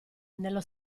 nello